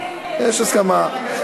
יש הסכמה.